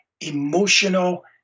emotional